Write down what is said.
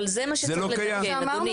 אבל זה מה שצריך לתקן אדוני.